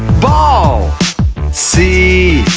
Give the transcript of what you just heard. ball c,